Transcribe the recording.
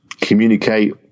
communicate